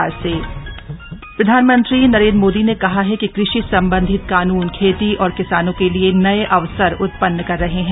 PM कषि मंत्री प्रधानमंत्री नरेन्द्र मोदी ने कहा है कि कृषि संबंधी कानून खेती और किसानों के लिए नये अवसर उत्पन्न कर रहे हैं